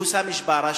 סאמי ג'בארה,